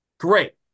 Great